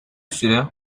süre